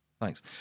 thanks